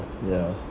ya